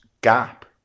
gap